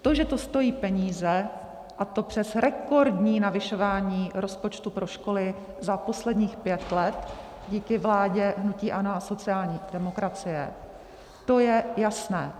To, že to stojí peníze, a to přes rekordní navyšování rozpočtu pro školy za posledních pět let díky vládě hnutí ANO a sociální demokracie, to je jasné.